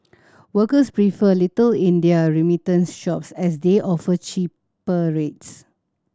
workers prefer Little India remittance shops as they offer cheaper rates